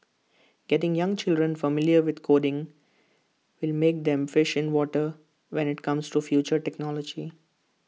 getting young children familiar with coding will make them fish in water when IT comes to future technology